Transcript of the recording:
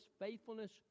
faithfulness